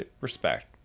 respect